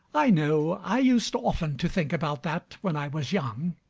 i know. i used often to think about that when i was young.